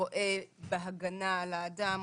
רואה בהגנה על האדם,